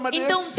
então